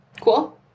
Cool